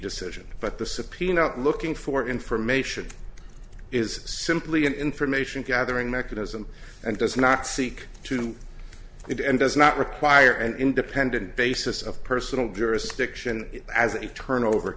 decision but the subpoena looking for information is simply an information gathering mechanism and does not seek to do it and does not require an independent basis of personal jurisdiction as a turnover